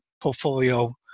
portfolio